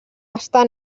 està